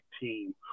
team